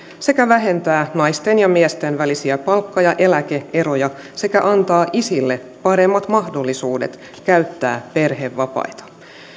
sekä vähentää naisten ja miesten välisiä palkka ja eläke eroja sekä antaa isille paremmat mahdollisuudet käyttää perhevapaita